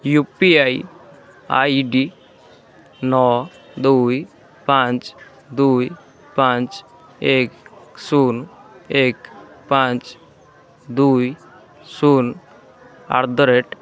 you P I I D ନଅ ଦୁଇ ପାଞ୍ଚ ଦୁଇ ପାଞ୍ଚ ଏକ ଶୂନ ଏକ ପାଞ୍ଚ ଦୁଇ ଶୂନ ଆଟ୍ ଦ ରେଟ୍